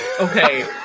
Okay